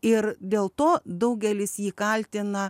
ir dėl to daugelis jį kaltina